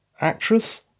actress